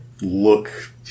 look